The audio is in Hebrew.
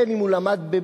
בין אם הוא למד בבאר-שבע,